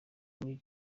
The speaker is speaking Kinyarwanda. muri